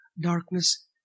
darkness